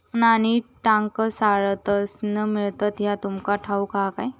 नाणी टांकसाळीतसून मिळतत ह्या तुमका ठाऊक हा काय